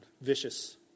Vicious